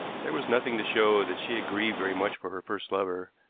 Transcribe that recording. there was nothing to show that she had grieved very much for her first lover,